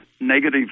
negative